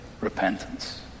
repentance